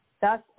Thus